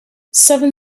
seven